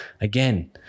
again